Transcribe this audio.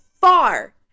far